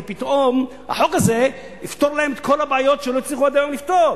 כי פתאום החוק הזה יפתור להם את כל הבעיות שהם לא הצליחו עד היום לפתור.